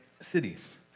cities